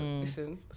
listen